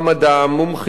מומחיותם